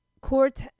court